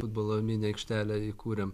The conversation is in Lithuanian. futbolo mini aikštelė įkūrėm